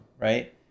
right